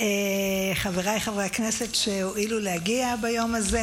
חבריי חברי הכנסת שהואילו להגיע ביום הזה,